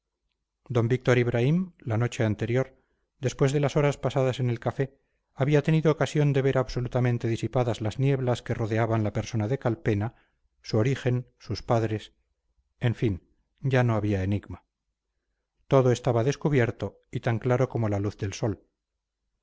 d víctor ibraim la noche anterior después de las horas pasadas en el café había tenido ocasión de ver absolutamente disipadas las tinieblas que rodeaban la persona de calpena su origen sus padres en fin ya no había enigma todo estaba descubierto y tan claro como la luz del sol